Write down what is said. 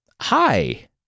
Hi